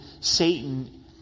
Satan